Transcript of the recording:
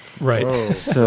Right